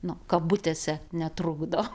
nu kabutėse netrukdo